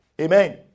Amen